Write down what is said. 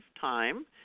time